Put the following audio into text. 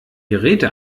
geräte